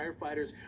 firefighters